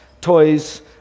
toys